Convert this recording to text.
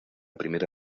primera